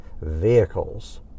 vehicles